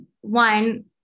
one